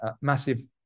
massive